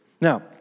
Now